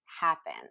happen